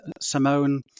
Simone